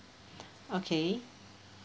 okay